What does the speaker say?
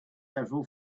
several